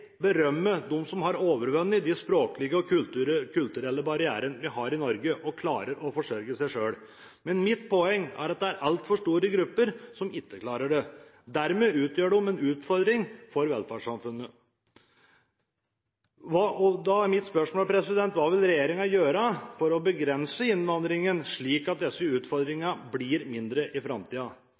berømme dem som har overvunnet de språklige og kulturelle barrierene vi har i Norge, og klarer å forsørge seg selv, men mitt poeng er at det er altfor store grupper som ikke klarer det. Dermed utgjør de en utfordring for velferdssamfunnet. Da er mitt spørsmål: Hva vil regjeringen gjøre for å begrense innvandringen, slik at disse utfordringene blir mindre i